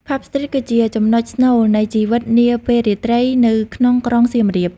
Pub Street គឺជាចំណុចស្នូលនៃជីវិតនាពេលរាត្រីនៅក្នុងក្រុងសៀមរាប។